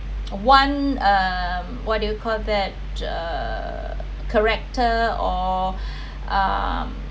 one uh what do you call that uh character or um